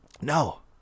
No